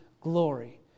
glory